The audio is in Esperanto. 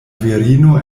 virino